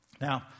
Now